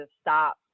stop